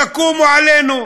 יקומו עלינו,